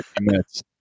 minutes